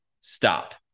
stop